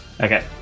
Okay